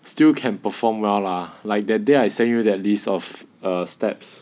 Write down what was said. still can perform well lah like that day I send you that list of err steps